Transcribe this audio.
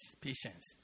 patience